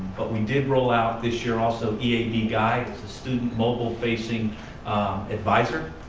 but we did roll out this year also ead guide, it's a student mobile facing advisor.